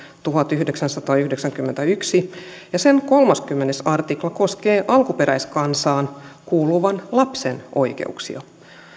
tuhatyhdeksänsataayhdeksänkymmentäyksi ja sen kolmaskymmenes artikla koskee alkuperäiskansaan kuuluvan lapsen oikeuksia